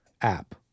app